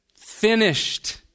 finished